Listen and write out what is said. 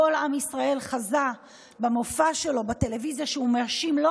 כל עם ישראל חזה במופע שלו בטלוויזיה כשהוא מאשים במצב